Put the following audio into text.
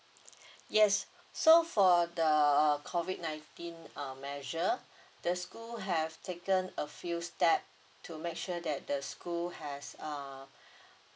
yes so for the COVID nineteen uh measure the school have taken a few step to make sure that the school has uh